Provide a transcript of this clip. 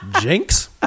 Jinx